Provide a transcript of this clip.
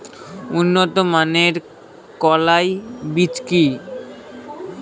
উন্নত মানের কলাই বীজ কি?